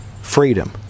freedom